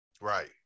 Right